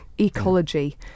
ecology